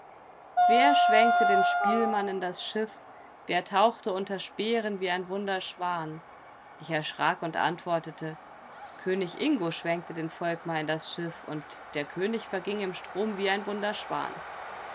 wer schwenkte den spielmann in das schiff wer tauchte unter speeren wie ein wunder schwan ich erschrak und antwortete könig ingo schwenkte den volkmar in das schiff und der könig verging im strom wie ein wunder schwan